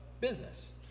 business